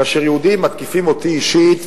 כאשר יהודים מתקיפים אותי אישית,